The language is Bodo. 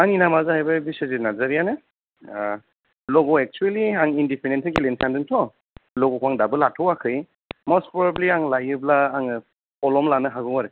आंनि नामा जाहैबाय बिस्वजिथ नार्जारियानो लगया एक्सुलि आं इन्दिपेन्देन्टसो गेलेनो सानदों थ' ल'गखौ आं दाबो लाथ'याखै मस्थ प्रबेब्लि आं लायोबा आङो खलम लानो हागौ आरखि